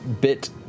bit